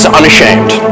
unashamed